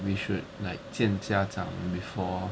we should like 见家长 before